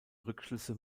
rückschlüsse